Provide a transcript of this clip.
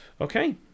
Okay